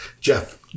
Jeff